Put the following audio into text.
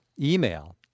email